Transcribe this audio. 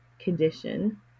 Condition